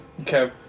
Okay